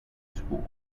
school